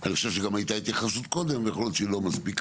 אני חשוב שהייתה התייחסות גם קודם אבל יכול היות שהיא לא מספיקה.